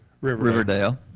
Riverdale